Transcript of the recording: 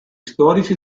storici